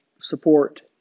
support